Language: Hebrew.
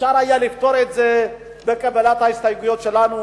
אפשר היה לפתור את זה בקבלת ההסתייגויות שלנו,